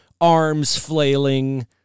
arms-flailing